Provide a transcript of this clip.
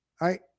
right